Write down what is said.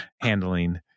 handling